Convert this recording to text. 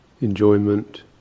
enjoyment